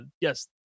yes